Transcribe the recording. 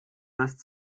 lässt